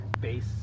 base